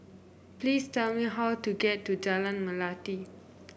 please tell me how to get to Jalan Melati